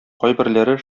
кайберләре